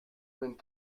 vingt